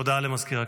הודעה למזכיר הכנסת.